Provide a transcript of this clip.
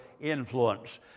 influence